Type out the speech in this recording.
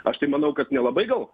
aš tai manau kad nelabai gal